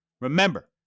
Remember